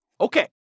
Okay